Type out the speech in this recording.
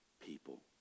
people